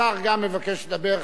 השר גם מבקש לדבר.